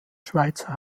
schweizer